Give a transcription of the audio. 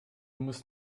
musst